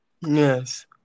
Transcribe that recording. Yes